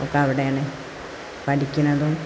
ഒക്കെ അവിടെയാണ് പഠിക്കുന്നതും